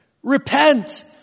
Repent